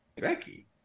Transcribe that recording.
Becky